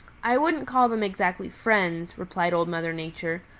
i wouldn't call them exactly friends, replied old mother nature.